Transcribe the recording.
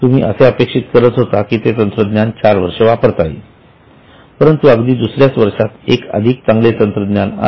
तुम्ही असे अपेक्षित करीत होता की ते तंत्रज्ञान चार वर्षे वापरता येईल परंतु अगदी दुसऱ्या वर्षातच एक अधिक चांगले तंत्रज्ञान आले